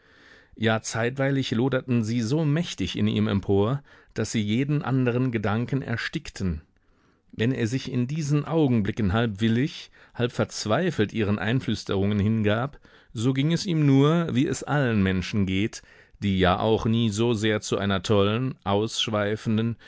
ja zeitweilig loderten sie so mächtig in ihm empor daß sie jeden anderen gedanken erstickten wenn er sich in diesen augenblicken halb willig halb verzweifelt ihren einflüsterungen hingab so ging es ihm nur wie es allen menschen geht die ja auch nie so sehr zu einer tollen ausschweifenden